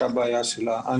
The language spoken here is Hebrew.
בבקשה.